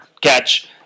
catch